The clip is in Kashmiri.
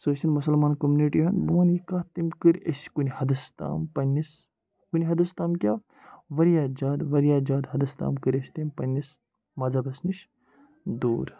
سُہ ٲسِنۍ مُسلمان کوٚمنِٹی ہُنٛد بہٕ وَنہٕ یہِ کَتھ تٔمۍ کٔرۍ أسۍ کُنہِ حَدَس تام پنٛنِس کُنہِ حَدَس تام کیٛاہ وارِیاہ زیادٕ وارِیاہ زیادٕ حَدَس تام کٔرۍ أسۍ تٔمۍ پنٛنِس مَذہبس نِش دوٗر